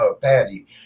Patty